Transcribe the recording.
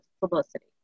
publicity